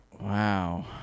Wow